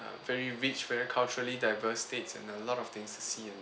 very rich very culturally diverse states and a lot of things to see